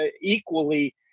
equally